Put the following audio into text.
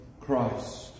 christ